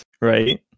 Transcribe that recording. right